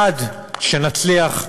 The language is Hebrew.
עד שנצליח,